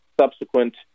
subsequent